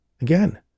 Again